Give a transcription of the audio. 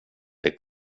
det